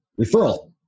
referral